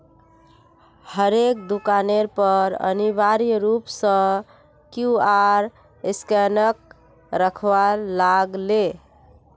हरेक दुकानेर पर अनिवार्य रूप स क्यूआर स्कैनक रखवा लाग ले